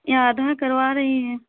یہ آدھا کروا رہی ہیں